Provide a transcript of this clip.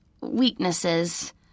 Weaknesses